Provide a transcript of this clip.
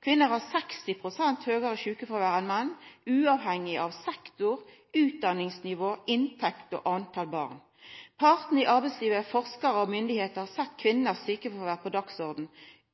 Kvinner har 60 pst. høgare sjukefråvær enn menn uavhengig av sektor, utdanningsnivå, inntekt og talet på barn. Partane i arbeidslivet, forskarar og myndigheiter har sett kvinners sjukefråvær på dagsordenen,